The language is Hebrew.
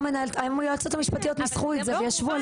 היועצות המשפטיות ניסחו את זה וישבו על זה.